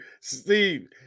Steve